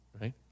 right